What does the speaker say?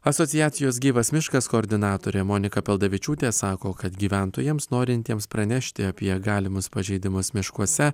asociacijos gyvas miškas koordinatorė monika paldavičiūtė sako kad gyventojams norintiems pranešti apie galimus pažeidimus miškuose